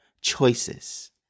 choices